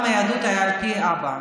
שלפיה פעם היהדות הייתה על פי האבא.